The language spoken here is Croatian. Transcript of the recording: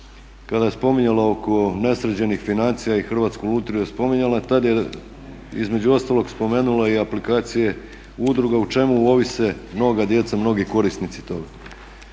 kada je spominjala oko nesređenih financija i Hrvatsku lutriju je spominjala, tad je između ostalog spomenula i aplikacije udruga o čemu ovise mnoga djeca, mnogi korisnici toga.